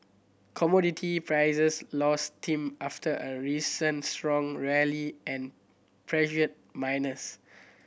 commodity prices lost steam after a recent strong rally and pressured miners